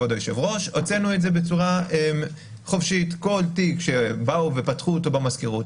הוצאנו את זה בצורה חופשית; כל תיק שפתחו במזכירות,